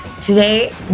Today